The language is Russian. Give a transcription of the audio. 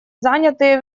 занятые